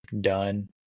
done